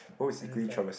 suddenly cry